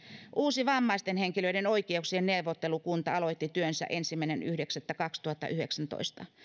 uusi vammaisten henkilöiden oikeuksien neuvottelukunta aloitti työnsä ensimmäinen yhdeksättä kaksituhattayhdeksäntoista